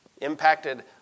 Impacted